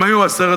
הם היו 10,000,